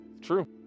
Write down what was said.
True